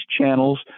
channels